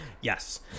Yes